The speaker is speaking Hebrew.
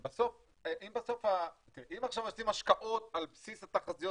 אם עכשיו עושים השקעות על בסיס התחזיות